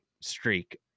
streak